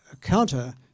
counter